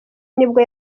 nibwo